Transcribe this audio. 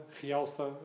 realça